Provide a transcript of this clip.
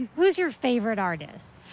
who is your favorite artist?